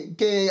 que